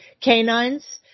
canines